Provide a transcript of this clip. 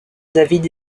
david